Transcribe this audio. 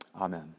Amen